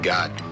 God